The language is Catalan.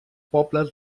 pobles